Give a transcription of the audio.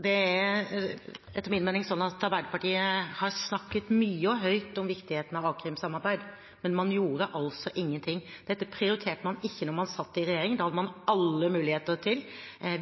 Det er etter min mening slik at Arbeiderpartiet har snakket mye og høyt om viktigheten av a-krimsamarbeid, men man gjorde altså ingenting. Dette prioriterte man ikke da man satt i regjering. Det hadde man alle muligheter til.